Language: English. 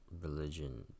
religion